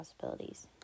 possibilities